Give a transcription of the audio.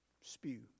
spew